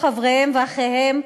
לסדר-היום.